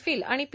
feel आणि P